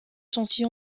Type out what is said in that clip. sentit